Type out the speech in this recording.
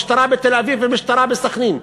משטרה בתל-אביב ומשטרה בסח'נין.